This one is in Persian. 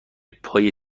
پای